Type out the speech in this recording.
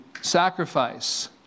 sacrifice